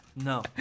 No